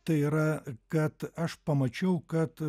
tai yra kad aš pamačiau kad